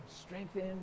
strengthen